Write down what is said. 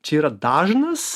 čia yra dažnas